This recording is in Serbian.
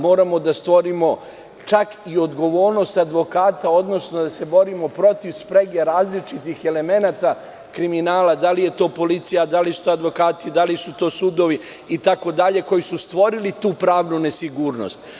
Moramo da stvorimo čak i odgovornost advokata, odnosno da se borimo protiv sprege različitih elemenata kriminala, da li je to policija, da li su to advokati, da li su to sudovi itd, koji su stvorili tu pravnu nesigurnost.